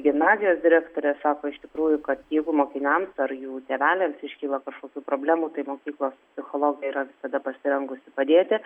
gimnazijos direktorė sako iš tikrųjų kad jeigu mokiniams ar jų tėveliams iškyla kažkokių problemų tai mokyklos psichologė yra visada pasirengusi padėti